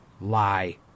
lie